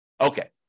Okay